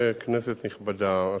כנסת נכבדה,